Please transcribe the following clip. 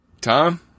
Tom